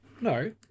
no